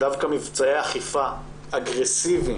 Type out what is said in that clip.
שדווקא מבצעי אכיפה אגרסיביים